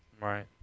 Right